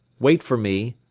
wait for me!